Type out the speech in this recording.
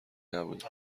نبوده